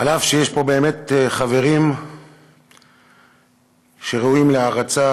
אף-על-פי שיש פה חברים שראויים להערצה,